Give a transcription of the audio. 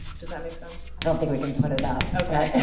does that make sense? i don't think we can put it up. okay.